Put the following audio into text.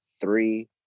three